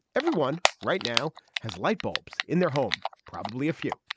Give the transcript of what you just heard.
everyone right now has light bulbs in their home. probably a few.